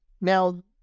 Now